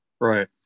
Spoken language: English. Right